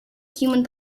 human